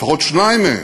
לפחות שניים מהם,